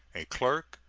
a clerk,